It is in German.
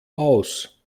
aus